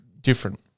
different